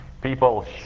People